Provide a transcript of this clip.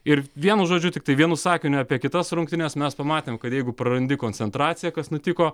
ir vienu žodžiu tiktai vienu sakiniu apie kitas rungtynes mes pamatėm kad jeigu prarandi koncentraciją kas nutiko